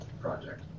project